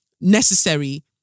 necessary